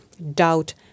doubt